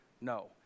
No